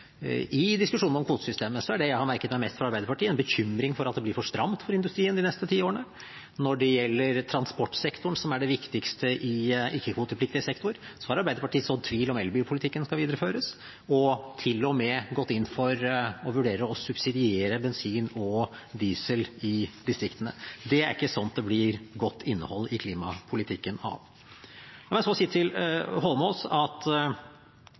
i diskusjonene om kvotesystemet, er det jeg har merket meg mest fra Arbeiderpartiet, en bekymring for at det blir for stramt for industrien de neste tiårene. Når det gjelder transportsektoren, som er den viktigste i ikke-kvotepliktig sektor, har Arbeiderpartiet sådd tvil om elbilpolitikken skal videreføres, og til og med gått inn for å vurdere å subsidiere bensin og diesel i distriktene. Det er ikke sånt det blir godt innhold i klimapolitikken av. La meg så si til Eidsvoll Holmås at